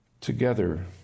Together